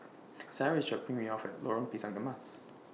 Sara IS dropping Me off At Lorong Pisang Emas